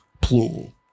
plural